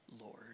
Lord